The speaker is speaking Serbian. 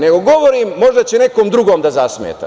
Nego govorim, možda će nekome drugom da zasmeta.